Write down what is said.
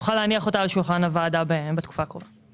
שנוכל להניח אותה על שולחן הוועדה בתקופה הקרובה.